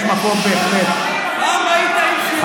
אני חושב שיש מקום באמת, פעם היית איש ימין, פורר.